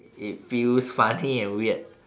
it feels funny and weird